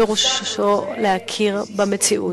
פירושו להכיר במציאות.